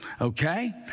okay